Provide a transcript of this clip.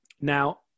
Now